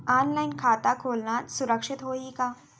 Online खाता खोलना सुरक्षित होही का?